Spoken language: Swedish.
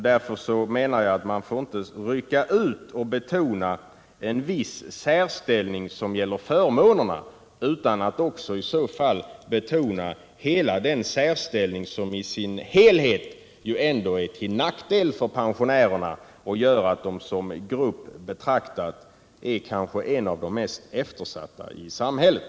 Därför får man inte enligt min mening rycka ut och betona en viss särställning som gäller förmånerna utan att i så fall också betona hela den särställning som i sin helhet ändå är till nackdel för pensionärerna. Den gör att de som grupp betraktad kanske är en av de mest eftersatta i samhället.